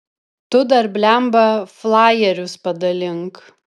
tu dar blemba flajerius padalink